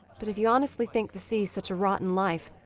but if you honestly think the sea's such a rotten life,